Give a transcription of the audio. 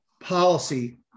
policy